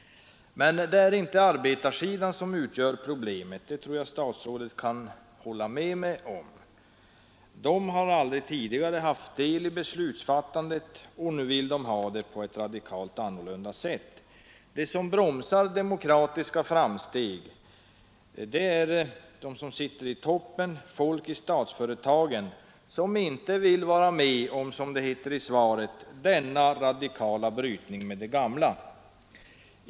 Men det är inte arbetarsidan som utgör problemet; det tror jag att statsrådet kan hålla med mig om. Arbetarna har aldrig tidigare haft del i beslutsfattandet, men nu vill de ha det på ett radikalt sätt. Nej, de som bromsar demokratiska framsteg är de som sitter i toppen, folk i statsföretagen som inte vill vara med om ”denna radikala brytning med det gamla” som det står i svaret.